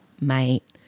Mate